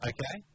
Okay